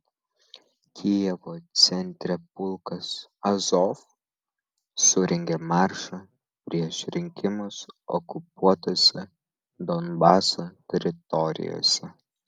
kijevo centre pulkas azov surengė maršą prieš rinkimus okupuotose donbaso teritorijose